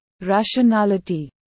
rationality